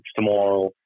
tomorrow